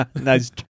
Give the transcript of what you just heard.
Nice